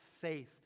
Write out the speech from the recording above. faith